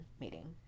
meeting